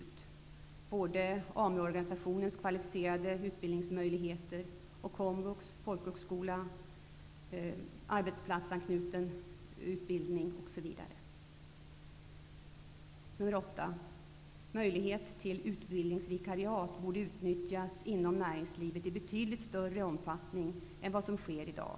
Detta gäller såväl AMU organisationens kvalificerade utbildningsmöjligheter som komvux, folkhögskola, arbetsplatsanknuten utbildning osv. För det åttonde: Möjligheten till utbildningsvikariat borde utnyttjas inom näringslivet i betydligt större omfattning än vad som sker i dag.